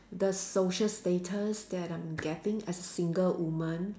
the social status that I'm getting as single woman